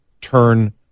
turn